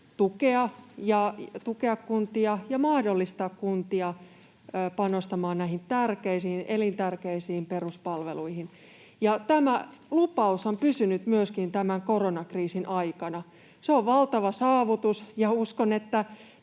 tukea kuntia ja mahdollistaa kuntien panostukset näihin elintärkeisiin peruspalveluihin. Tämä lupaus on pysynyt myöskin tämän koronakriisin aikana. Se on valtava saavutus, ja uskon, että